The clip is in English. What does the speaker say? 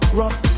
rock